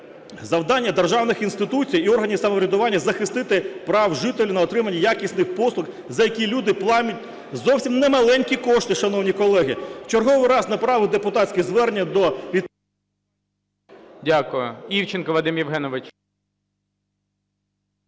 Завдання державних інституцій і органів самоврядування – захистити права жителів на отримання якісних послуг, за які люди платять зовсім не маленькі кошти, шановні колеги. В черговий раз направив депутатське звернення до… ГОЛОВУЮЧИЙ.